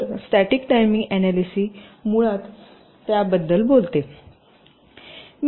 तर static timing analysis मुळात त्याबद्दल बोलते